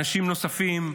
אנשים נוספים,